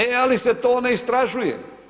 E, ali se to ne istražuje.